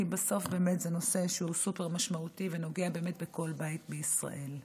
כי בסוף באמת זה נושא שהוא סופר-משמעותי ונוגע באמת בכל בית בישראל.